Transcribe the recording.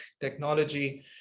technology